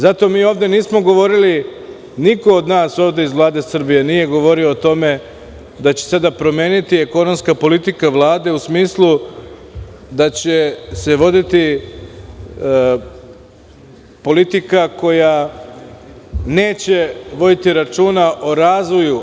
Zato mi ovde nismo govorili, niko od nas iz Vlade Srbije nije govorio o tome da će se sada promeniti ekonomska politika Vlade u smislu da će se voditi politika koja neće voditi računa o razvoju.